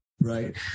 right